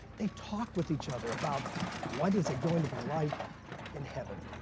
they talked with each other about what is it going to be like in heaven.